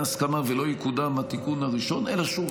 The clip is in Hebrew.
הסכמה ולא יקודם התיקון הראשון אלא שוב,